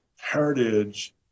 heritage